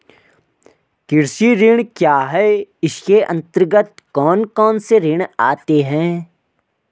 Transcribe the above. कृषि ऋण क्या है इसके अन्तर्गत कौन कौनसे ऋण आते हैं?